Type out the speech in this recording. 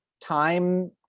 time